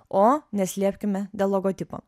o neslėpkime dėl logotipo